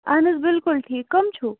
آہَن حظ بِلکُل ٹھیٖک کُم چھُو